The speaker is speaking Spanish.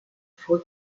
fue